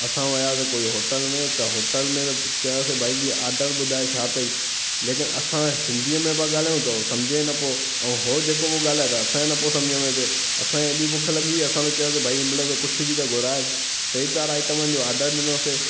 असां वियासीं कोई होटल में त होटल में चयोसीं भाई ॿी ऑडर ॿुधाए छा अथई लेकिन असां सिंधीअ में पिया ॻाल्हायूं त हू सम्झे न पियो ऐं हो जेको पियो ॻाल्हाए त असांखे न पियो सम्झ में अचे असां एॾी बुख लॻी असां त चयोसीं भाई हिनमहिल त कुझु बि घुराए टे चार आइटमनि जो आडर ॾिनोसीं